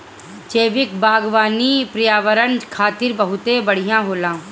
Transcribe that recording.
जैविक बागवानी पर्यावरण खातिर बहुत बढ़िया होला